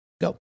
Go